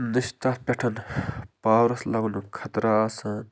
نہٕ چھِ تتھ پٮ۪ٹھ پاوَرَس لَگنُک خَطرٕ آسان